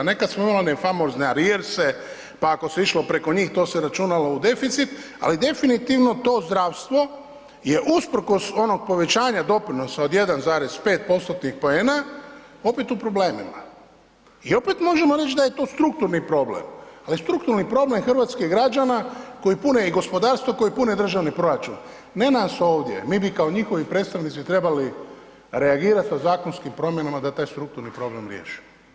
Nekad smo imali one famozne ... pa ako se išlo preko njih, to se računalo u deficit, ali definitivno to zdravstvo je usprkos onog povećanja doprinosa od 1,5%-tnih poena, opet u problemima i opet možemo reći da je to strukturni problem ali strukturni problem hrvatskih građana koji pune i gospodarstvo, koji pune državni proračun, ne nas ovdje, mi bi kao njihovi predstavnici trebali reagirati sa zakonskim promjenama da taj strukturni problem riješimo.